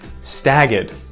Staggered